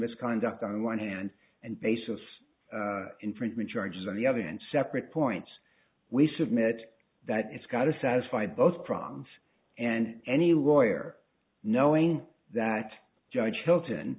misconduct on one hand and basis infringement charges on the other and separate points we submit that it's got to satisfy both prongs and any lawyer knowing that judge hilton